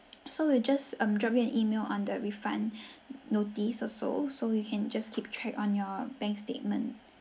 so we'll just um drop you an email on the refund notice also so you can just keep track on your bank statement